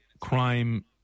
crime